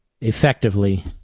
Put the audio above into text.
effectively